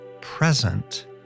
present